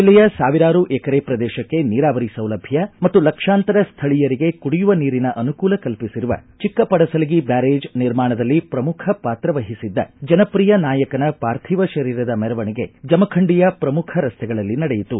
ಜಿಲ್ಲೆಯ ಸಾವಿರಾರು ಎಕರೆ ಪ್ರದೇಶಕ್ಕೆ ನೀರಾವರಿ ಸೌಲಭ್ದ ಮತ್ತು ಲಕ್ಷಾಂತರ ಸ್ವಳೀಯರಿಗೆ ಕುಡಿಯವ ನೀರಿನ ಅನುಕೂಲ ಕಲ್ಪಿಸಿರುವ ಚಿಕ್ಕಪಡಸಲಗಿ ಬ್ನಾರೇಜ್ ನಿರ್ಮಾಣದಲ್ಲಿ ಪ್ರಮುಖಪಾತ್ರ ವಹಿಸಿದ್ದ ಜನಪ್ರಿಯ ನಾಯಕನ ಪಾರ್ಥಿವ ಶರೀರದ ಮೆರವಣಿಗೆ ಜಮಖಂಡಿಯ ಪ್ರಮುಖ ರಸ್ತೆಗಳಲ್ಲಿ ನಡೆಯಿತು